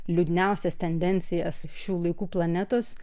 liūdniausias tendencijas šių laikų planetos